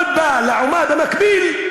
אבל לעומת המקביל,